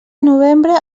novembre